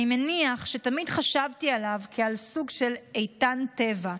אני מניח שתמיד חשבתי עליו כעל סוג של איתן טבע,